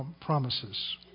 promises